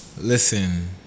listen